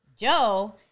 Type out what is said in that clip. Joe